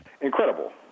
Incredible